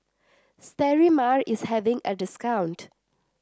Sterimar is having a discount